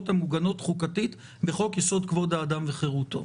המוגנות חוקתית בחוק-יסוד: כבוד האדם וחירותו.